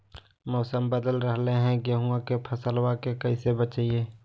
मौसम बदल रहलै है गेहूँआ के फसलबा के कैसे बचैये?